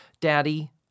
Daddy